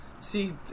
See